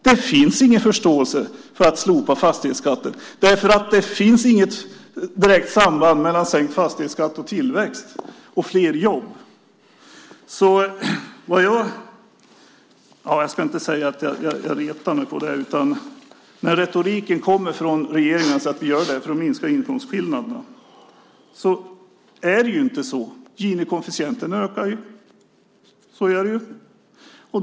Det finns ingen förståelse för att slopa fastighetskatten för det finns inget direkt samband mellan sänkt fastighetsskatt och tillväxt och fler jobb. Jag ska väl inte säga att jag direkt retar mig på det, men när retoriken kommer från regeringen om att vi gör det här för att minska inkomstskillnaderna är det alltså inte så. Ginikoefficienten ökar. Så är det ju.